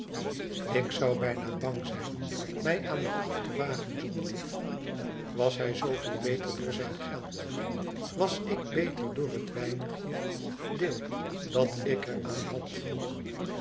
ik zou bijna bao zijn mij aan de proef te wagen john lief was hij zooveel beter door zijn geld was ik beter door het weinigje deel dat ik er aan had